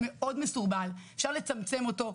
אפשר לצמצם אותו,